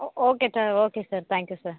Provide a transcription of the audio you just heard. ஓ ஓகேத்த okay sir thank you sir